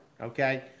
okay